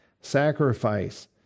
sacrifice